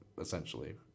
essentially